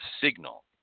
signal